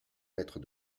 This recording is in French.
maître